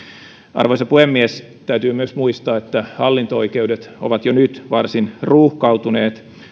arvoisa puhemies täytyy myös muistaa että hallinto oikeudet ovat jo nyt varsin ruuhkautuneet